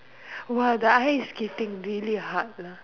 !wah! the ice skating really hard lah